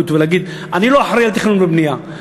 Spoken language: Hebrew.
ולהגיד: אני לא אחראי לתכנון ובנייה,